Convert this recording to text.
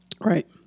Right